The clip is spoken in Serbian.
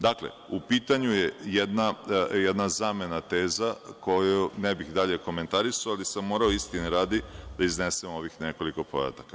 Dakle, u pitanju je jedna zamena teza, koju ne bih dalje komentarisao, ali sam morao, istine radi, da iznesem ovih nekoliko podataka.